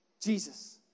Jesus